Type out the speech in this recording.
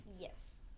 Yes